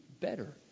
better